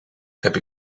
heb